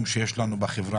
נמצאו כ-5,400 הפרות של החוק.